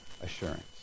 assurance